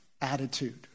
attitude